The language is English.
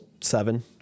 seven